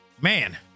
man